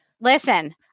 Listen